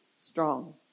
strong